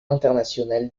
international